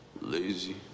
lazy